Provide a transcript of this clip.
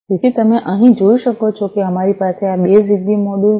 તેથી તમે અહીં જોઈ શકો છો કે અમારી પાસે આ બે જિગબી મોડ્યુલો છે